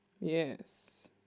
Yes